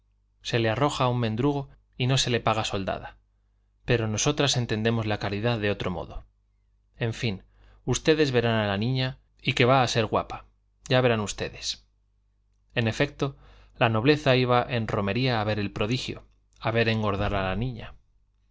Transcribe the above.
se le arroja un mendrugo y no se le paga soldada pero nosotras entendemos la caridad de otro modo en fin ustedes verán a la niña y que va a ser guapa ya verán ustedes en efecto la nobleza iba en romería a ver el prodigio a ver engordar a la niña